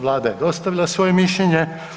Vlada je dostavila svoje mišljenje.